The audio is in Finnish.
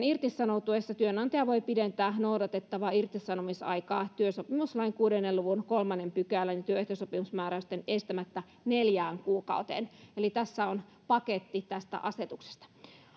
irtisanoutuessa työnantaja voi pidentää noudatettavaa irtisanomisaikaa työsopimuslain kuuden luvun kolmannen pykälän työehtosopimusmääräysten estämättä neljään kuukauteen eli tässä on paketti tästä asetuksesta